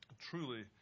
truly